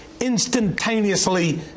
instantaneously